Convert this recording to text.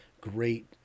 great